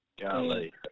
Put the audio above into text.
Golly